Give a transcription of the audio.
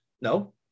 No